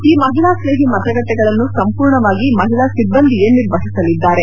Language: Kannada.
ಈ ಮಹಿಳಾ ಸ್ನೇಹಿ ಮತಗಟ್ಟಿಗಳನ್ನು ಸಂಪೂರ್ಣವಾಗಿ ಮಹಿಳಾ ಸಿಬ್ಲಂದಿಯೇ ನಿರ್ವಹಿಸಲಿದ್ದಾರೆ